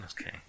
Okay